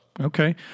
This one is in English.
Okay